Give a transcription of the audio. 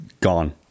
Gone